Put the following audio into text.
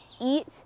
eat